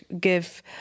give